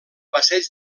passeig